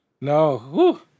No